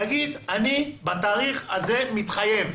תגיד, אני בתאריך הזה מתחייב,